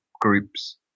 groups